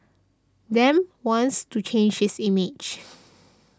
Dem wants to change this image